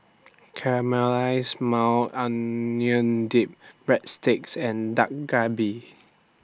Caramelized Maui Onion Dip Breadsticks and Dak Galbi